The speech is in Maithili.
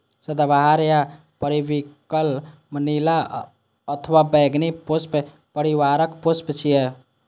सदाबहार या पेरिविंकल नीला अथवा बैंगनी पुष्प परिवारक पुष्प छियै